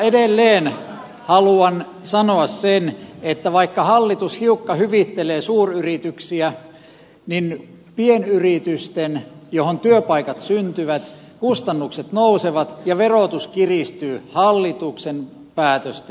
edelleen haluan sanoa sen että vaikka hallitus hiukan hyvittelee suuryrityksiä niin pienyritysten joihin työpaikat syntyvät kustannukset nousevat ja verotus kiristyy hallituksen päätösten takia